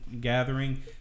gathering